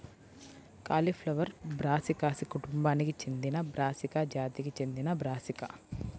cauliflower బ్రాసికాసి కుటుంబానికి చెందినబ్రాసికా జాతికి చెందినబ్రాసికా